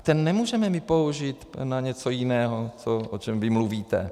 A ten nemůžeme použít na něco jiného, o čem vy mluvíte.